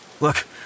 Look